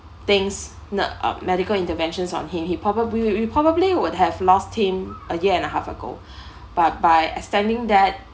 things no~ um medical interventions on him he probably we probably would have lost him a year and a half ago but by extending that